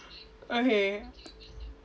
okay